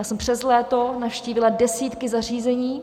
Já jsem přes léto navštívila desítky zařízení.